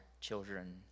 children